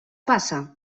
passa